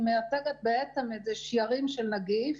היא בעצם איזה שיירים של נגיף